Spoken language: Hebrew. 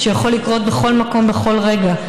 שהוא יכול לקרות בכל מקום בכל רגע,